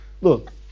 look